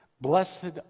Blessed